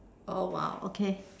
oh !wow! okay